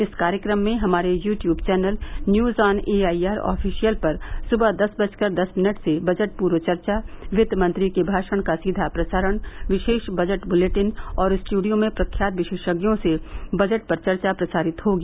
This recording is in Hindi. इस कार्यक्रम में हमारे यू ट्यूब चैनल न्यूजऑनएआईआरऑफिशियल पर सुबह दस बजकर दस मिनट से बजट पूर्व चर्चा वित्त मंत्री के भाषण का सीधा प्रसारण विशेष बजट बुलेटिन और स्टूडियो में प्रख्यात विशेषज्ञो से बजट पर चर्चा प्रसारित होगी